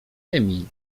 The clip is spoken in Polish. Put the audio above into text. emil